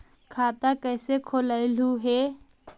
खाता कैसे खोलैलहू हे?